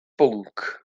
bwnc